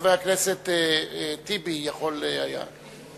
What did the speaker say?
חבר הכנסת טיבי יכול היה לדעת.